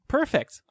Perfect